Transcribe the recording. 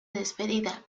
despedida